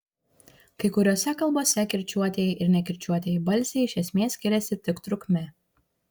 kai kuriose kalbose kirčiuotieji ir nekirčiuotieji balsiai iš esmės skiriasi tik trukme